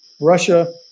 Russia